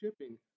shipping